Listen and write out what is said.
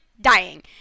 dying